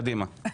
קדימה.